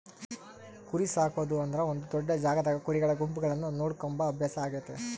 ಕುರಿಸಾಕೊದು ಅಂದ್ರ ಒಂದು ದೊಡ್ಡ ಜಾಗದಾಗ ಕುರಿಗಳ ಗುಂಪುಗಳನ್ನ ನೋಡಿಕೊಂಬ ಅಭ್ಯಾಸ ಆಗೆತೆ